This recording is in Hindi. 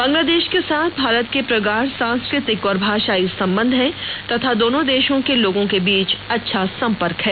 बांग्लादेश के साथ भारत के प्रगाढ़ सांस्कृतिक और भाषाई संबंध हैं तथा दोनों देशों के लोगों के बीच अच्छा संपर्क है